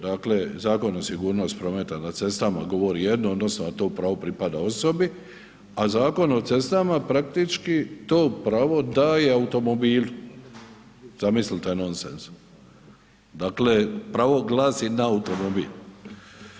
Dakle Zakon o sigurnosti prometa na cestama govori jedno odnosno da to pravo pripada osobi, a Zakon o cestama praktički to pravo daje automobilu, zamislite nonsens, dakle pravo glasi na automobil.